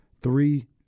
Three